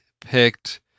picked